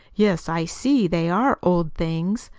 yes, i see they are old things.